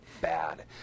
bad